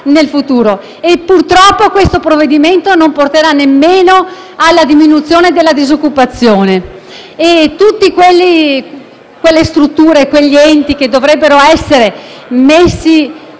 nel futuro. Purtroppo il provvedimento non porterà nemmeno alla diminuzione della disoccupazione e tutte le strutture che dovrebbero essere messe